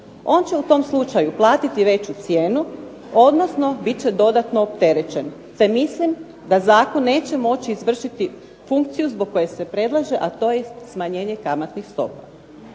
On će u tom slučaju platiti veću cijenu odnosno bit će dodatno opterećen te mislim da zakon neće moći izvršiti funkciju zbog koje se predlaže a to je smanjenje kamatnih stopa.